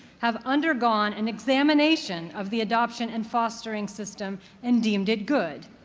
have undergone an examination of the adoption and fostering system and deemed it good.